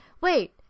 wait